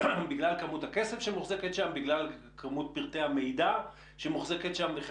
בגלל כמות הכסף ובגלל פרטי המידע וכולי.